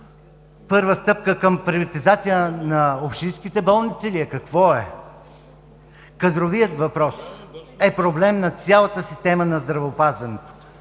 първа стъпка към приватизация на общинските болници ли е, какво е? Кадровият въпрос е проблем на цялата система на здравеопазването,